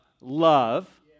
love